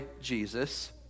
Jesus